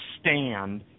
stand